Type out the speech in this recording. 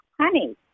honey